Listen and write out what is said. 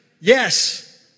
Yes